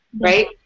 right